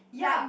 ya